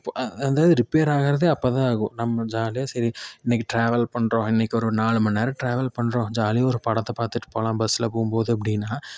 அந்த ரிப்பேர் ஆகிறதே அப்போதான் ஆகும் நம்ம ஜாலியாக சரி இன்றைக்கி ட்ராவல் பண்றோம் இன்றைக்கி ஒரு நாலு மணிநேரம் ட்ராவல் பண்றோம் ஜாலியாக ஒரு படத்தை பார்த்துட்டு போலாம் பஸ்ஸில் போகும்போது அப்படின்னா